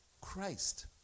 Christ